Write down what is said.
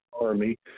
Army